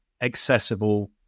accessible